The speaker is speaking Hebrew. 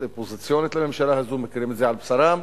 אופוזיציוניות לממשלה הזאת מכירים את זה על בשרם,